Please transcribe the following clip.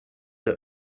der